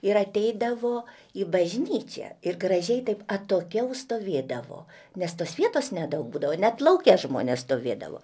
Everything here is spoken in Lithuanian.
ir ateidavo į bažnyčią ir gražiai taip atokiau stovėdavo nes tos vietos nedaug būdavo net lauke žmonės stovėdavo